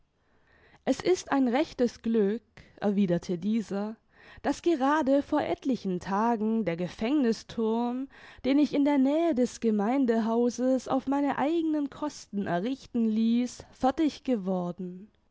es ist ein rechtes glück erwiderte dieser daß gerade vor etlichen tagen der gefängniß thurm den ich in der nähe des gemeindehauses auf meine eigenen kosten errichten ließ fertig geworden